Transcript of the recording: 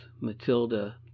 Matilda